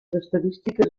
estadístiques